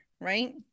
Right